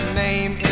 name